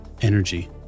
energy